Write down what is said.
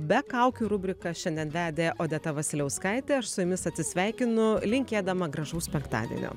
be kaukių rubriką šiandien vedė odeta vasiliauskaitė aš su jumis atsisveikinu linkėdama gražaus penktadienio